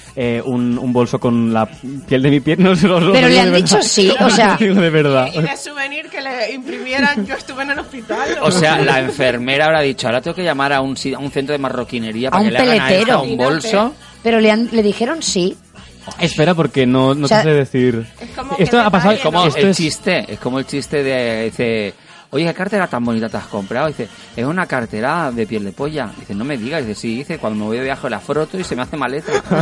Eh, un- un bolso con la piel de mi pie. No, no, no, Pero no le digo han de verdad. dicho sí, o No sea- digo de verdad. Y de souvenir que le imprimieran, yo estuve en el hospital, ¿no? O sea, la enfermera habrá dicho, "Ahora tengo que llamar a un si- a un centro de marroquinería A para que un le hagan a esta peletero. un bolso". Pero le han- le dijeron sí. Ay. Espera, porque no- no O te sea- sé decir. Es como que Esto ha detalle, pasado- Es como ¿no? el esto es- chiste, es como el chiste de- dice, "Oye, ¿qué cartera tan bonita te has comprado?" Dice, "Es una cartera de piel de polla". Dice, "No me digas". Dice, "Sí". Dice, "Cuando me voy de viaje la froto y se me hace maleta".